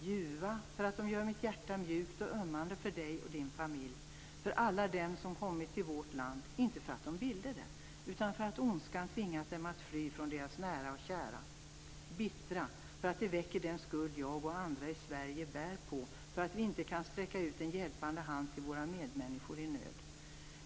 Ljuva därför att de gör mitt hjärta mjukt och ömmande för dig och din familj, för alla dem som kommit till vårt land inte för att de ville det utan därför att ondskan tvingat dem att fly från deras nära och kära. Bittra för att de väcker den skuld jag och andra i Sverige bär på för att vi inte kan sträcka ut en hjälpande hand till våra medmänniskor i nöd.